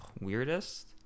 Weirdest